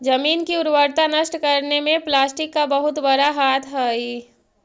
जमीन की उर्वरता नष्ट करने में प्लास्टिक का बहुत बड़ा हाथ हई